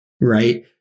Right